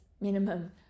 minimum